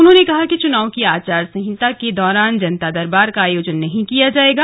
उन्होंने कहा कि चुनाव की आचार संहिता के दौरान जनता दरबार का आयोजन नही किया जायेगा